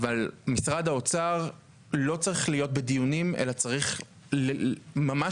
אבל משרד האוצר לא צריך להיות בדיונים אלא צריך ממש